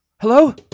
hello